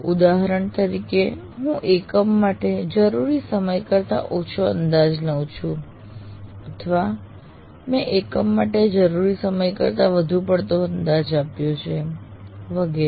ઉદાહરણ તરીકે હું એકમ માટે જરૂરી સમય કરતા ઓછો અંદાજ લઉં છું અથવા મેં એકમ માટે જરૂરી સમય કરતા વધુ પડતો અંદાજ આપ્યો છે વગેરે